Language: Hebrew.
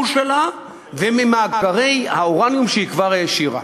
שלה וממאגרי האורניום שהיא כבר העשירה.